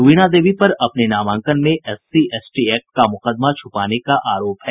वीणा देवी पर अपने नामांकन में एससी एसटी एक्ट का मुकदमा छुपाने का आरोप है